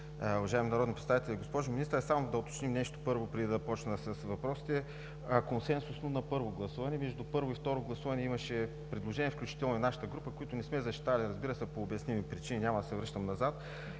уважаеми народни представители! Госпожо Министър, първо само да уточним нещо преди да почна с въпросите. Консенсусно на първо гласуване, между първо и второ гласуване имаше предложения, включително и на нашата група, които не сме защитавали, разбира се, по обясними причини. Няма да се връщам назад.